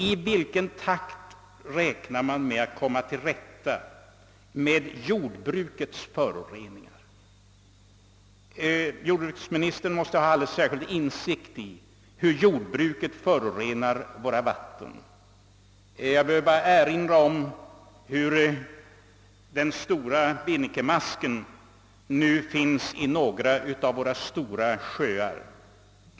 I vilken takt räknar man med att komma till rätta med jordbrukets föroreningar? Jordbruksministern måste ha alldeles särskild insikt i hur jordbruket förorenar våra vatten. Jag behöver bara erinra om hur den stora binnikemasken nu finns i några av våra stora sjöar.